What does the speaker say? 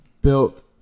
built